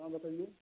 हाँ बताइए